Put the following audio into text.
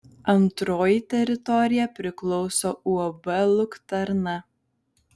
antroji teritorija priklauso uab luktarna